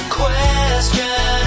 question